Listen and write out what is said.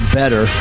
better